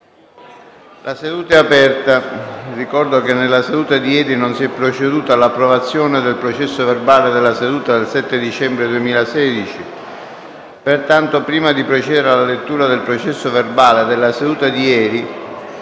La seduta è aperta *(ore 9,33).* Ricordo che nella seduta di ieri non si è proceduto all'approvazione del processo verbale della seduta del 7 dicembre. Pertanto, prima di procedere alla lettura del processo verbale della seduta di ieri,